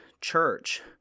church